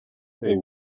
they